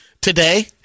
today